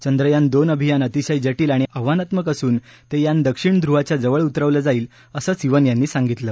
चंद्रयान दोन अभियान अतिशय जटील आणि आव्हानात्मक असून ते यान दक्षिण ध्रुवाच्या जवळ उतरवलं जाईल असं सिवन यांनी सांगितलं